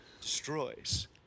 destroys